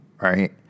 right